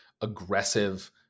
aggressive